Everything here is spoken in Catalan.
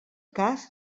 cas